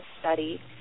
study